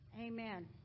Amen